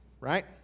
right